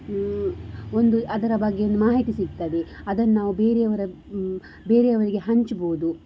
ಒಂದು ಅದರ ಬಗ್ಗೆ ಒಂದು ಮಾಹಿತಿ ಸಿಗ್ತದೆ ಅದನ್ನಾವು ಬೇರೆಯವರ ಬೇರೆಯವರಿಗೆ ಹಂಚಬಹುದು